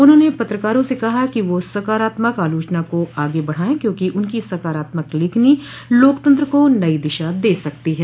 उन्होंने पत्रकारों से कहा कि वह सकारात्मक आलोचना को आगे बढ़ाये क्योंकि उनकी सकारात्मक लेखनी लोकतंत्र को नई दिशा दे सकती है